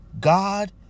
God